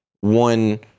one